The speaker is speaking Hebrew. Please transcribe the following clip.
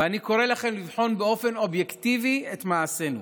ואני קורא לכם לבחון באופן אובייקטיבי את מעשינו.